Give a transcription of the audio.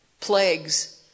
plagues